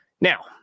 Now